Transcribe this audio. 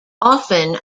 often